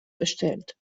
bestellt